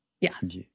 yes